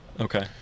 okay